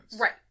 right